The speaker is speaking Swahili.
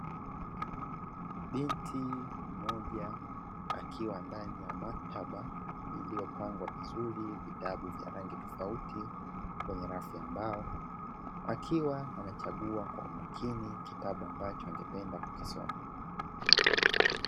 Binti mmoja akiwa ndani ya maktaba iliyopangwa vizuri vitabu vya rangi tofauti kwenye rafu ya mbao, akiwa anachagua kwamba umakini kitabu ambacho angependa kukisoma.